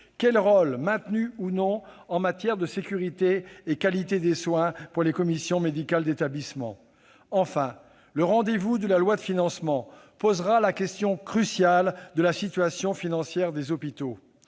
le rôle, maintenu ou non, en matière de qualité et de sécurité des soins pour les commissions médicales d'établissement ? Enfin, le rendez-vous de la loi de financement posera la question cruciale de la situation financière des hôpitaux.